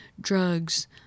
drugs